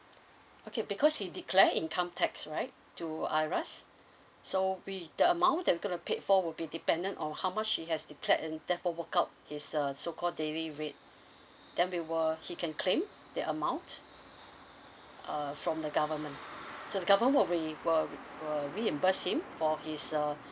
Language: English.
okay because he declared income tax right to IRAS so with the amount that we gonna paid for would be dependent or how much he has declared and therefore work out he's uh so called daily rate then we will he can claim that amount uh from the government so the government will re will will reimburse him for his uh